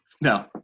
No